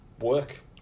work